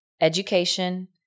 education